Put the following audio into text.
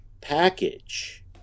package